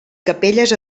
capelles